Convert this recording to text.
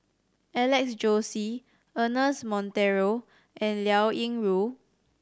Alex Josey Ernest Monteiro and Liao Yingru